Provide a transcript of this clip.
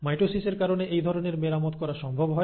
মাইটোসিসের কারণে এই ধরনের মেরামত করা সম্ভব হয়